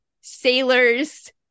sailors